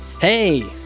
Hey